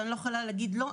אני לא יכולה להגיד שלא,